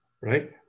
right